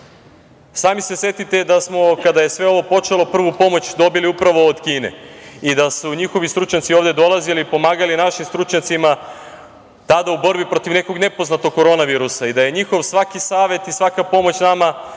Sami se setite da smo kada je sve ovo počelo prvu pomoć dobili upravo od Kine i da su njihovi stručnjaci ovde dolazili i pomagali našim stručnjacima tada u borbi protiv nekog nepoznatog korona virusa i da je njihov svaki savet i svaka pomoć nama